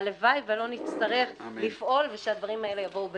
הלוואי ולא נצטרך לפעול ושהדברים האלה יבואו בקלות.